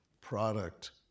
product